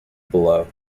below